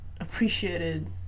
appreciated